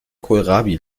kohlrabi